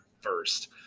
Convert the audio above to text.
first